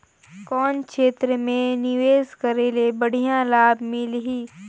कौन क्षेत्र मे निवेश करे ले बढ़िया लाभ मिलही?